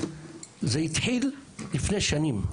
זה התחיל לפני שנים,